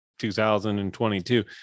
2022